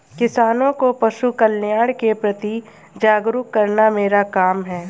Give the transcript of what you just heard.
किसानों को पशुकल्याण के प्रति जागरूक करना मेरा काम है